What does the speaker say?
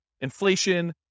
inflation